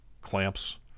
clamps